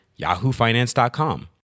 yahoofinance.com